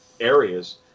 areas